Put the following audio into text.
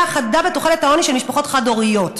חדה בתוחלת העוני של משפחות חד-הוריות,